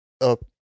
up